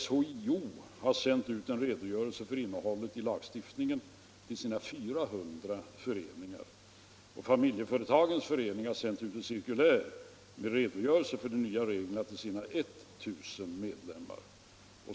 SHIO har sänt ut en redogörelse för innehållet i lagstiftningen till sina 400 föreningar, och Familjeföretagens förening har sänt ut ett cirkulär med redogörelse för de nya reglerna till sina 1000 medlemmar.